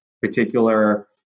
particular